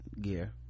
gear